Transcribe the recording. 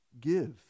give